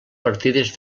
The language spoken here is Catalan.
partides